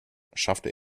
schaffte